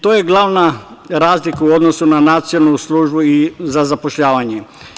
To je glavna razlika u odnosu na Nacionalnu službu za zapošljavanje.